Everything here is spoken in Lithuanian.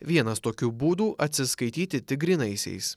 vienas tokių būdų atsiskaityti tik grynaisiais